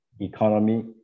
economy